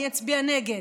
אני אצביע נגד.